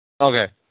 Okay